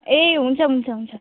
ए हुन्छ हुन्छ हुन्छ